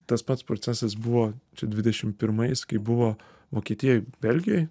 tas pats procesas buvo čia dvidešim pirmais kai buvo vokietijoj belgijoj